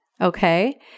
okay